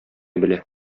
белә